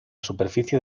superficie